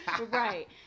Right